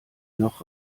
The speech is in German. noch